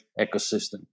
ecosystem